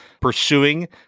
pursuing